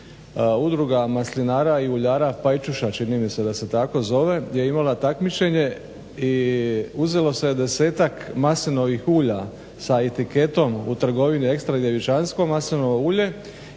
da se tako zove, je imala takmičenje i uzelo se 10-ak maslinovih ulja sa etiketom u trgovini ekstra djevičansko maslinovo ulje